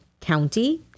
county